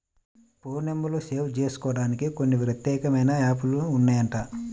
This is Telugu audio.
ఫోన్ నెంబర్లు సేవ్ జేసుకోడానికి కొన్ని ప్రత్యేకమైన యాప్ లు ఉన్నాయంట